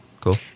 Cool